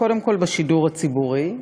קודם כול בשידור הציבורי,